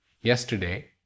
yesterday